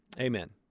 Amen